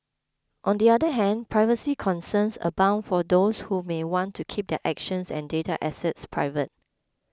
on the other hand privacy concerns abound for those who may want to keep their actions and data assets private